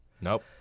Nope